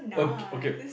okay okay